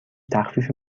تخفیفی